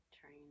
train